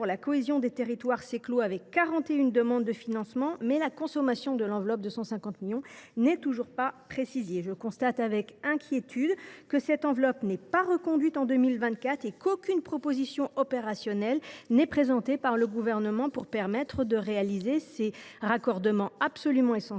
la cohésion des territoires (ANCT) s’est clos avec quarante et une demandes de financement, mais la consommation de l’enveloppe de 150 millions d’euros n’est toujours pas précisée. Je constate avec inquiétude que cette enveloppe n’est même pas reconduite en 2024 et qu’aucune proposition opérationnelle n’est présentée par le Gouvernement pour permettre de réaliser ces raccordements absolument essentiels